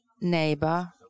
neighbor